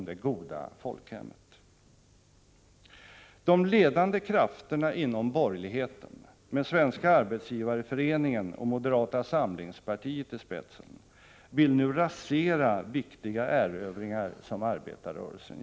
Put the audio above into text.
Herr talman!